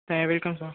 चालेल welcome sir